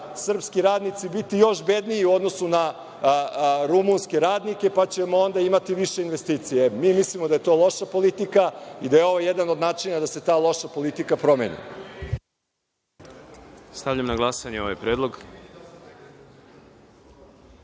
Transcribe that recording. srpski radnici biti još bedniji u odnosu na rumunske radnike, pa da ćemo onda imati više investicija. Mi mislimo da je to loša politika i da je ovo jedan od načina da se ta loša politika promeni. **Đorđe Milićević** Stavljam